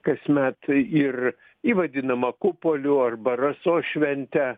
kasmet ir ji vadinama kupoliu arba rasos švente